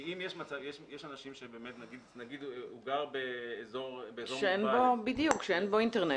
כי נניח שהוא גר באזור מוגבל שאין בו אינטרנט,